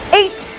eight